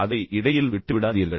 அதை இடையில் விட்டுவிடாதீர்கள்